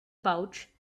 pouch